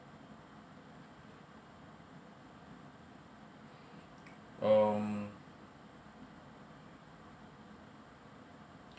um